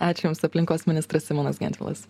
ačiū jums aplinkos ministras simonas gentvilas